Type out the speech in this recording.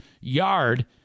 yard